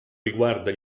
riguarda